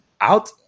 out